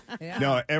No